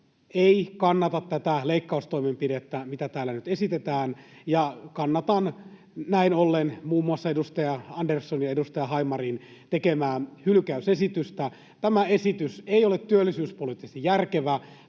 ei kannata tätä leikkaustoimenpidettä, mitä täällä nyt esitetään. Kannatan näin ollen muun muassa edustaja Anderssonin ja edustaja Hamarin tekemää hylkäysesitystä. Tämä esitys ei ole työllisyyspoliittisesti järkevä.